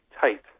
tight